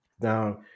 Now